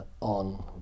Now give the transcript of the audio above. on